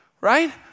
Right